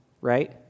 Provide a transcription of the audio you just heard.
right